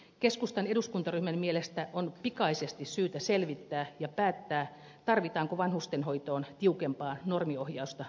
keskustan eduskuntaryhmän mielestä on pikaisesti syytä selvittää ja päättää tarvitaanko vanhustenhoitoon tiukempaa normiohjausta vahvempaa lainsäädäntöä